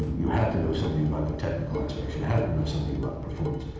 you have to know something about the technical aspects. you have to know something about performance.